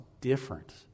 different